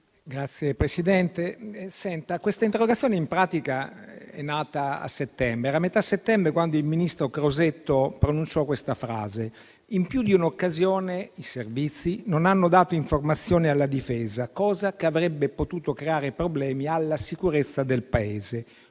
Signor Presidente, questa interrogazione in pratica è nata a settembre. Era metà settembre quando il ministro Crosetto affermò che in più di un'occasione i Servizi non avevano dato informazioni alla Difesa, cosa che avrebbe potuto creare problemi alla sicurezza del Paese.